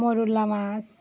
মৌরলা মাছ